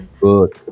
good